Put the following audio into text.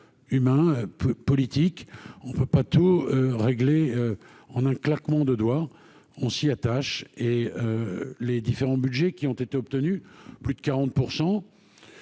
humain peu politique, on ne peut pas tout régler en un claquement de doigts, on s'y attache et les différents Budgets qui ont été obtenus, plus de 40